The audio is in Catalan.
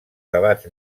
debats